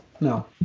no